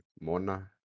Mona